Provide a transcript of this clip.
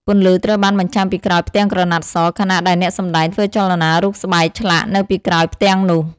ពន្លឺត្រូវបានបញ្ចាំងពីក្រោយផ្ទាំងក្រណាត់ស ខណៈដែលអ្នកសម្តែងធ្វើចលនារូបស្បែកឆ្លាក់នៅពីក្រោយផ្ទាំងនោះ។